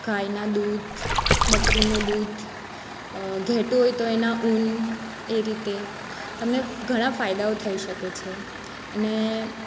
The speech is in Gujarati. ગાયના દૂધ બકરીનું દૂધ ઘેંટુ હોય તો એના ઉન એ રીતે તમને ઘણા ફાયદાઓ થઈ શકે છે અને